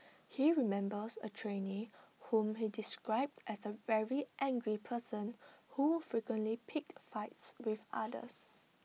he remembers A trainee whom he described as A very angry person who frequently picked fights with others